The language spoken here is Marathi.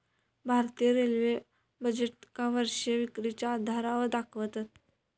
भारतीय रेल्वे बजेटका वर्षीय विक्रीच्या आधारावर दाखवतत